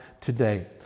today